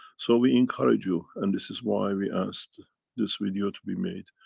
so we encourage you and this is why we asked this video to be made.